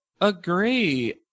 agree